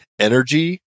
energy